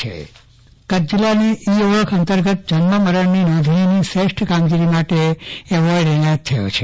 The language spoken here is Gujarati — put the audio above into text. ચંદ્રવદન પદ્ટણી કચ્છને એવોર્ડ કચ્છ જિલ્લાને ઈ ઓળખ અંતર્ગત જન્મ મરણની નોંધણીની શ્રેષ્ઠ કામગીરી માટે એવોર્ડ એનાયત થયો છે